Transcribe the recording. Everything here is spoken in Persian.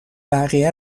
بقیه